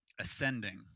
ascending